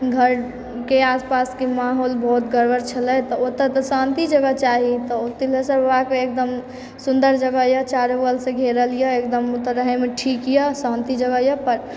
घरके आसपासके माहौल बहुत गड़बड़ छलय तऽ ओतए तऽ शान्ति जगह चाही तऽ तिलेश्वर बाबाके एकदम सुन्दर जगहए चारु बगलसँ घेरलए एकदम ओतए रहयमे ठीकए शान्ति जगहए पर